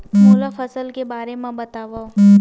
मोला फसल के बारे म बतावव?